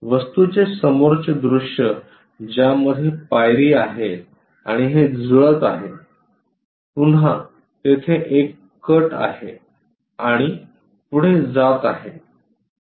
वस्तूचे समोरचे दृश्य ज्यामध्ये पायरी आहे आणि हे जुळत आहे पुन्हा तेथे एक कट आहे आणि पुढे जात आहे